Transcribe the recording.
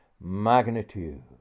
magnitude